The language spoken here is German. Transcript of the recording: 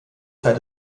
zeit